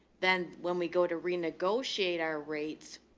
then when we go to renegotiate our rates,